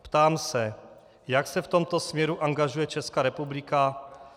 Ptám se, jak se v tomto směru angažuje Česká republika.